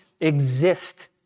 exist